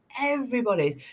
everybody's